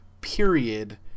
period